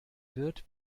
wird